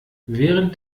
während